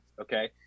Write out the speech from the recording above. Okay